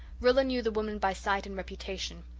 rilla knew the woman by sight and reputation.